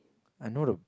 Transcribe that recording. I know the